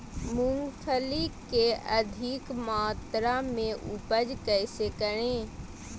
मूंगफली के अधिक मात्रा मे उपज कैसे करें?